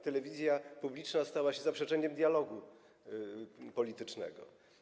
Telewizja publiczna stała się zaprzeczeniem dialogu politycznego.